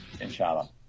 Inshallah